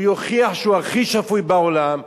הוא יוכיח שהוא הכי שפוי בעולם,